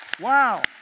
Wow